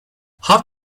how